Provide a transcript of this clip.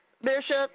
Bishop